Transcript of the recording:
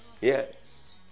yes